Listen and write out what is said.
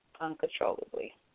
uncontrollably